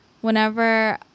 Whenever